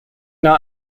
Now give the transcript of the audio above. not